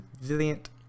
resilient